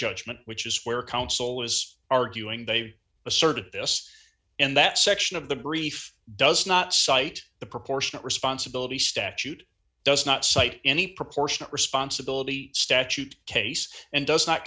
judgment which is where counsel was arguing they asserted this and that section of the brief does not cite the proportionate responsibility statute does not cite any proportionate responsibility statute case and does not